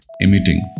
emitting